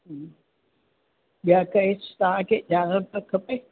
ॿिया काई तव्हांखे इज़ाज़त खपे